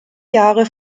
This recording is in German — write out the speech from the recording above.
jahre